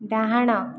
ଡାହାଣ